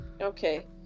okay